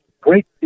Great